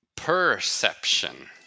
Perception